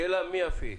מי יפעיל?